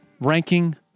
ranking